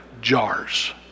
jars